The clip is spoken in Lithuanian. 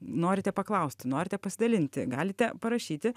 norite paklausti norite pasidalinti galite parašyti